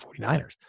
49ers